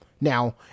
now